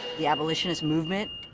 the abolitionist movement.